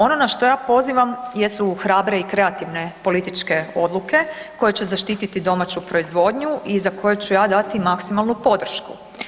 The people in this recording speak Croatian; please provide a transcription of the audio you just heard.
Ono na što ja pozivam jesu hrabre i kreativne političke odluke koje će zaštititi domaću proizvodnju i za koje ću ja dati maksimalnu podršku.